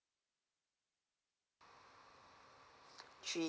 three